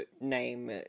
name